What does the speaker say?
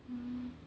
hmm